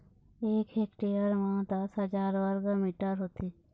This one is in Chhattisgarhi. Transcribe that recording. एक हेक्टेयर म दस हजार वर्ग मीटर होथे